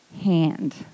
hand